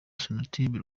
sonatubes